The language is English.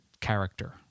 character